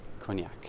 cognac